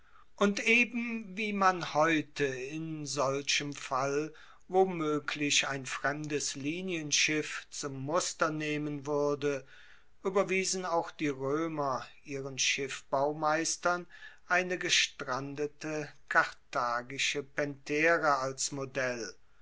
und eben wie man heute in solchem fall womoeglich ein fremdes linienschiff zum muster nehmen wuerde ueberwiesen auch die roemer ihren schiffsbaumeistern eine gestrandete karthagische pentere als modell